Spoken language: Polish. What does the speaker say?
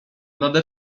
nade